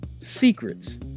secrets